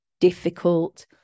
difficult